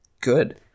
Good